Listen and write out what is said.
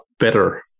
better